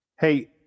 Hey